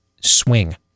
swing